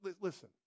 Listen